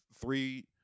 three